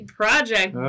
project